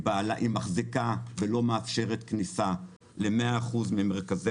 היא מחזיקה ולא מאפשרת כניסה למאה אחוזים ממרכזי